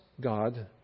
God